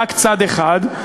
רק צד אחד,